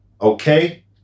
Okay